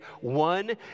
One